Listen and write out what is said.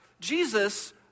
Jesus